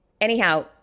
anyhow